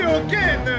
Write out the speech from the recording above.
again